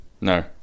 no